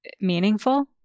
meaningful